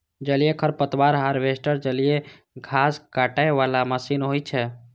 जलीय खरपतवार हार्वेस्टर जलीय घास काटै के मशीन होइ छै